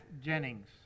Jennings